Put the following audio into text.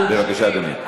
בבקשה, אדוני.